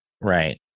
Right